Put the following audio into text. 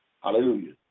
Hallelujah